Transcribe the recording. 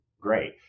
great